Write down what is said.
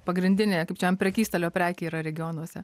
pagrindinė kaip čia an prekystalio prekė yra regionuose